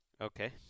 Okay